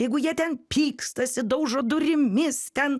jeigu jie ten pykstasi daužo durimis ten